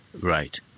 Right